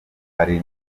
hari